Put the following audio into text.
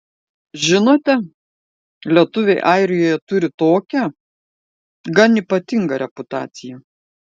žinote lietuviai airijoje turi tokią gan ypatingą reputaciją